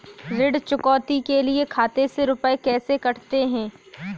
ऋण चुकौती के लिए खाते से रुपये कैसे कटते हैं?